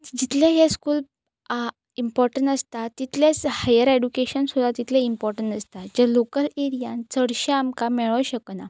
जितलें हें school important आसता तितलेंच हायर एडुकेशन सुद्दां तितलें इम्पॉर्टंट आसता जें लोकल एरियांत चडशें आमकां मेळूंक शकना